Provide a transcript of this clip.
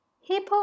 Hippo